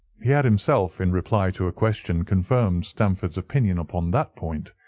he had himself, in reply to a question, confirmed stamford's opinion upon that point.